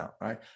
right